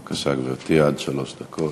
בבקשה, גברתי, עד שלוש דקות.